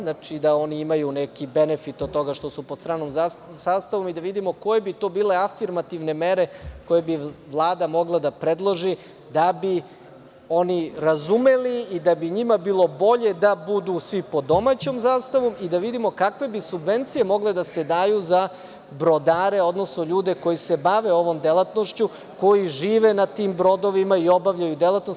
Znači da oni imaju neki benefit od toga što su pod stranom zastavom i da vidimo koje bi to bile afirmativne mere koje bi Vlada mogla da predloži da bi oni razumeli i da bi njima bilo bolje da budu svi pod domaćom zastavom i da vidimo kakve bi subvencije mogle da se daju za brodare, odnosno ljude koji se bave ovom delatnošću, koji žive na tim brodovima i obavljaju delatnost.